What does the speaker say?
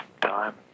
time